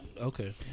Okay